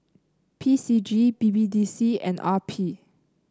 P C G B B D C and R P